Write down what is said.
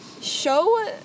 show